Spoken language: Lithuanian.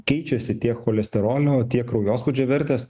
keičiasi tiek cholesterolio tiek kraujospūdžio vertės